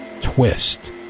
twist